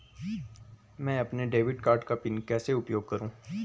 मैं अपने debit card का पिन कैसे उपयोग करूँ?